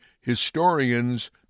Historians